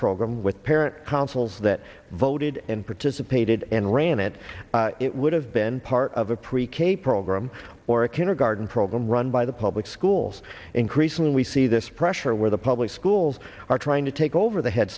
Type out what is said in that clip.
program with parent councils that voted in participated and ran it it would have been part of a pre k program or a kindergarten program run by the public schools increasingly we see this pressure where the public schools are trying to take over the head